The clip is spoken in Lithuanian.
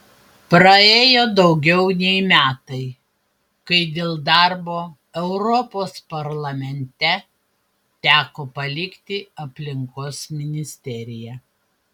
praėjo daugiau nei metai kai dėl darbo europos parlamente teko palikti aplinkos ministeriją